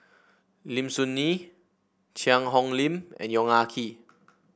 Lim Soo Ngee Cheang Hong Lim and Yong Ah Kee